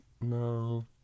No